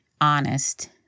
honest